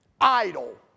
idle